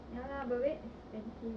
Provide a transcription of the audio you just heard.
ya lah but very expensive there